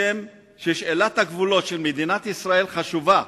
שאלת הגבולות של מדינת ישראל חשובה,